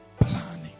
Planning